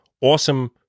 awesome